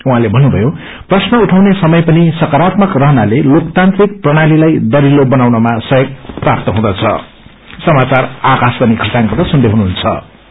उहाँले भन्नुभयो प्रश्न उठाउने समय पनि सकारात्मक रहनाले लोकतान्त्रिक प्रणालीलाई दक्षिलो बनाउनमा सहयोग प्राप्त हुँनड